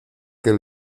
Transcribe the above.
que